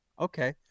Okay